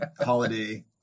Holiday